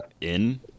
in-